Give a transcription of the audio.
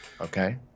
Okay